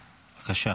בבקשה.